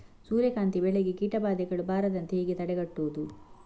ಸೂರ್ಯಕಾಂತಿ ಬೆಳೆಗೆ ಕೀಟಬಾಧೆಗಳು ಬಾರದಂತೆ ಹೇಗೆ ತಡೆಗಟ್ಟುವುದು?